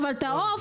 אבל את העוף